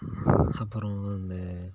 அப்புறம் அந்த